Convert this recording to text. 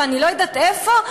ואני לא יודעת לאיפה?